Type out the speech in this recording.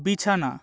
বিছানা